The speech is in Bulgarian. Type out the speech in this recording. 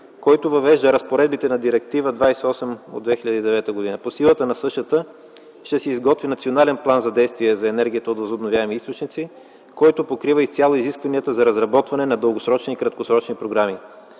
който въвежда разпоредбите на Директива 28 от 2009 г. По силата на същата ще се изготви Национален план за действие за енергията от възобновяеми източници, който покрива изцяло изискванията за разработване на дългосрочни и краткосрочни програми.